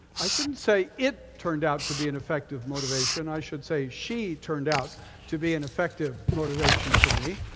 i shouldn't say it turned out to be an effective motivation. i should say she turned out to be an effective motivation for me.